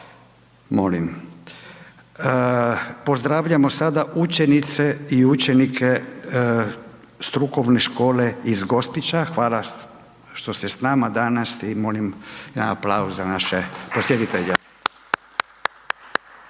Molim. Pozdravljamo sada učenice i učenike strukovne škole iz Gospića. Hvala što ste s nama danas i molim jedan aplauz za naše posjetitelje.